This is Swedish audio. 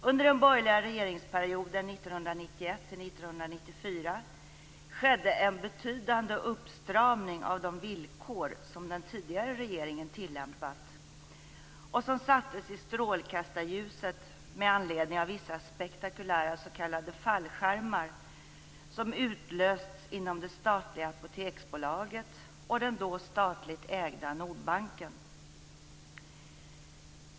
Under den borgerliga regeringsperioden 1991-1994 skedde en betydande uppstramning av de villkor som den tidigare regeringen tillämpat och som sattes i strålkastarljuset med anledning av vissa spektakulära s.k. fallskärmar som utlöstes inom det statliga Apoteksbolaget och den då statligt ägda Nordbanken.